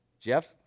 Jeff